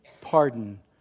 pardon